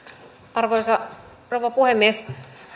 arvoisa rouva puhemies